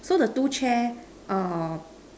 so the two chair err